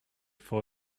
for